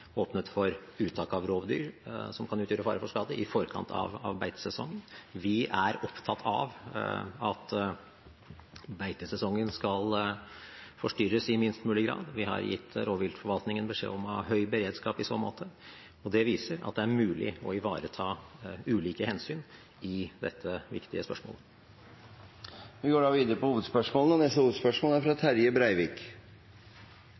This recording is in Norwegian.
åpnet for uttak av rovdyr som kan utgjøre en fare for skade, i forkant av beitesesongen. Vi er opptatt av at beitesesongen skal forstyrres i minst mulig grad. Vi har gitt rovviltforvaltningen beskjed om å ha høy beredskap i så måte. Det viser at det er mulig å ivareta ulike hensyn i dette viktige spørsmålet. Vi går videre til neste hovedspørsmål. Dette spørsmålet går òg til klima- og